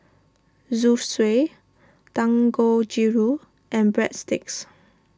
Zosui Dangojiru and Breadsticks